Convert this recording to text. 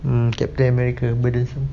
mm captain america burdensome